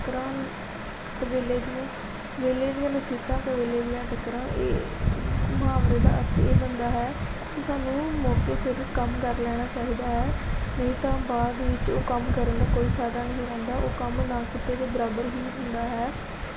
ਟੱਕਰਾਂ ਕੁਵੇਲੇ ਦੀਆਂ ਵੇਲੇ ਦੀਆਂ ਮੁਸੀਬਤਾਂ ਕੁਵੇਲੇ ਦੀਆਂ ਟੱਕਰਾਂ ਇਹ ਮੁਹਾਵਰੇ ਦਾ ਅਰਥ ਇਹ ਬਣਦਾ ਹੈ ਕਿ ਸਾਨੂੰ ਮੌਕੇ ਸਿਰ ਕੰਮ ਕਰ ਲੈਣਾ ਚਾਹੀਦਾ ਆ ਨਹੀਂ ਤਾਂ ਬਾਅਦ ਵਿੱਚ ਉਹ ਕੰਮ ਕਰਨ ਦਾ ਕੋਈ ਫਾਇਦਾ ਨਹੀਂ ਰਹਿੰਦਾ ਉਹ ਕੰਮ ਨਾ ਕੀਤੇ ਦੇ ਬਰਾਬਰ ਹੀ ਹੁੰਦਾ ਹੈ